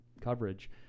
coverage